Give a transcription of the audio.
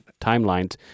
Timelines